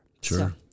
Sure